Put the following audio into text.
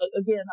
again